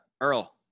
Earl